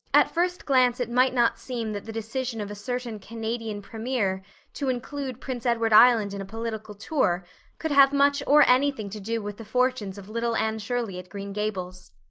at first glance it might not seem that the decision of a certain canadian premier to include prince edward island in a political tour could have much or anything to do with the fortunes of little anne shirley at green gables.